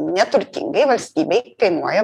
neturtingai valstybei kainuoja